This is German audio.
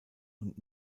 und